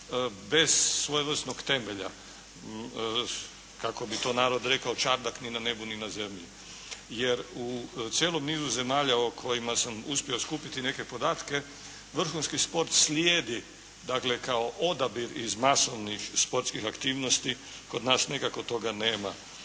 bez svojevrsnog temelja, kako bi to narod rekao čardak ni na nebu ni na zemlji. Jer, u cijelom nizu zemalja o kojima sam uspio skupiti neke podatke vrhunski sport slijedi dakle kao odabir iz masovnih sportskih aktivnosti. Kod nas nekako toga nema.